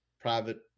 private